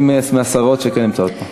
היא מהשרות שכן נמצאות פה.